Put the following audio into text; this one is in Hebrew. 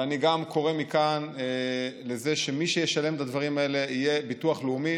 וגם אני קורא מכאן לזה שמי שישלם את הדברים האלה יהיה ביטוח לאומי.